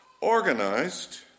organized